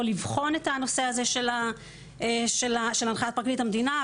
לבחון את הנושא הזה של הנחיית פרקליט המדינה.